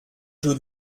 jeu